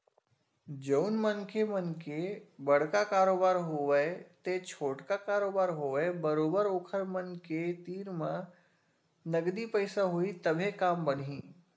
जउन मनखे मन के बड़का कारोबार होवय ते छोटका कारोबार होवय बरोबर ओखर मन के तीर म नगदी पइसा होही तभे काम बनही